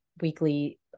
weekly